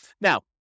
Now